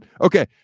Okay